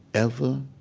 ever,